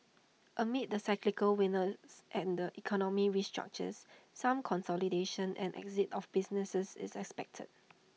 amid the cyclical weakness and the economy restructures some consolidation and exit of businesses is expected